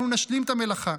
אנחנו נשלים את המלאכה.